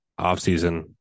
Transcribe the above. offseason